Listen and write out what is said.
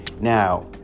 Now